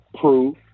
Proof